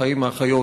האחים,